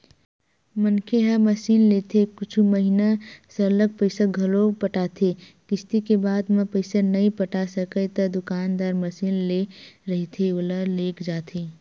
मनखे ह मसीनलेथे कुछु महिना सरलग पइसा घलो पटाथे किस्ती के बाद म पइसा नइ पटा सकय ता दुकानदार मसीन दे रहिथे ओला लेग जाथे